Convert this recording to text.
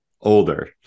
older